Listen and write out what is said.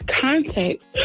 context